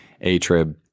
A-trib